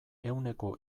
ehuneko